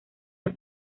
los